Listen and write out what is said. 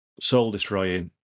Soul-destroying